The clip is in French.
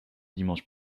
dimanche